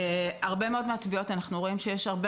בהרבה מאוד מהטביעות אנחנו רואים שיש הרבה